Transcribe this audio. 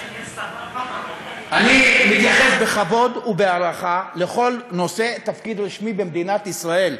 אני מתייחס בכבוד ובהערכה לכל נושא תפקיד רשמי במדינת ישראל,